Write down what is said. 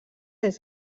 des